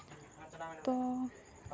ᱛᱚ